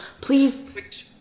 please